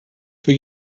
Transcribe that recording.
für